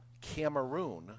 Cameroon